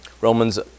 Romans